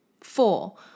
Four